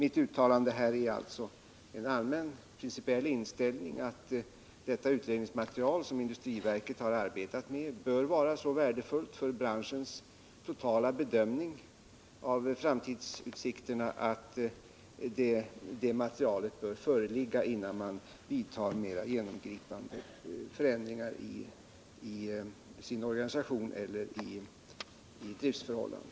Jag uttalade alltså som en allmän principiell inställning att det utredningsmaterial som industriverket har arbetat med bör vara så värdefullt för branschens totala bedömning av framtidsutsikterna att man bör avvakta utredningsresultatet innan man vidtar mera genomgripande förändringar i fråga om organisation och driftsförhållanden.